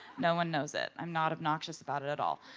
no one knows it. i'm not obnoxious about it at all.